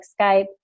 Skype